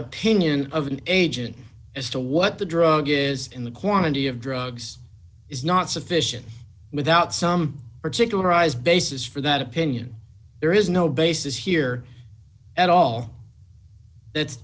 opinion of an agent as to what the drug is in the quantity of drugs is not sufficient without some particularized basis for that opinion there is no basis here at all that's